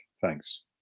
thanks